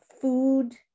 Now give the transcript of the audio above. food